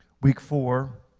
week four,